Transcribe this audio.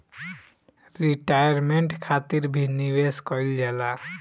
retirement खातिर भी निवेश कईल जाला